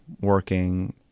working